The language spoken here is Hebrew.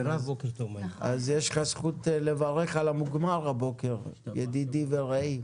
אז יש לך זכות לברך על המוגמר הבוקר, ידידי ורעי,